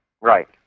Right